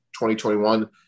2021